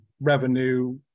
revenue